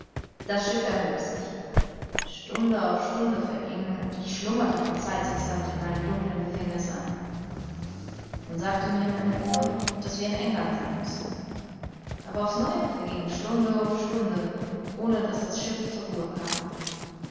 das schiff erhob sich stunde auf stunde verging und ich schlummerte von zeit zu zeit in meinem dunklen gefängnis ein nun sagte mir meine uhr daß wir in england sein müßten aber aufs neue verging stunde auf stunde ohne daß das schiff zur ruhe kam